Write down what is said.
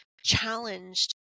challenged